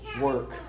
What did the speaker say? work